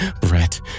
Brett